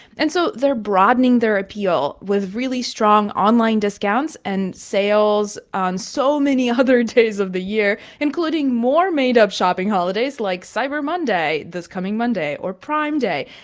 and so they're broadening their appeal with really strong online discounts and sales on so many other days of the year, including more made-up shopping holidays like cyber monday, this coming monday, or prime day.